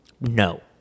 no